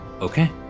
Okay